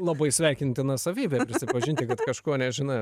labai sveikintina savybė prisipažinti kad kažko nežinai